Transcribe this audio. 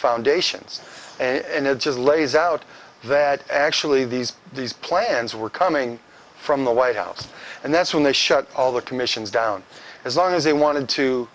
foundations and it just lays out that actually these these plans were coming from the white house and that's when they shut all the commissions down as long as they wanted to